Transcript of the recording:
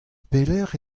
pelecʼh